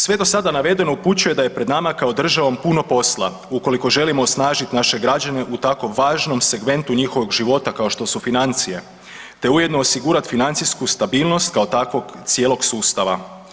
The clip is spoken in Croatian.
Sve do sada navedeno upućuje da je pred nama kao državom puno posla ukoliko želimo osnažiti naše građane u tako važnom segmentu njihovog života kao što su financije te ujedno osigurati financijsku stabilnost kao takvog cijelog sustava.